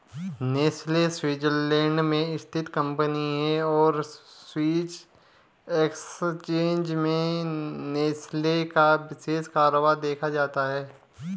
Nestle Switzerland में स्थित कंपनी है और स्विस एक्सचेंज में नेस्ले का विशेष कारोबार देखा जाता है